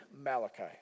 Malachi